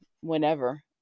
whenever